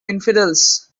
infidels